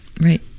Right